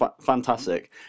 fantastic